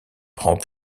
prend